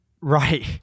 Right